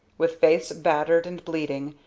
with face battered and bleeding,